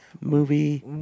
Movie